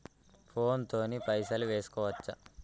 Phone తోని పైసలు వేసుకోవచ్చా?